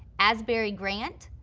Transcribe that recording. asbury grant,